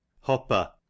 Hopper